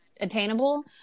attainable